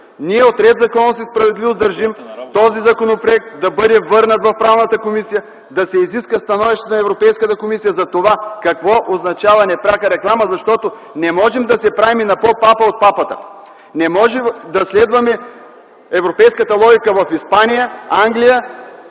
ние от „Ред, законност и справедливост” държим този законопроект да бъде върнат в Правната комисия, да се изиска становище на Европейската комисия за това какво означава „Непряка реклама”, защото не можем да се правим на по-папа от папата. Не може да следваме европейската логика в Испания, Англия